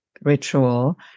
ritual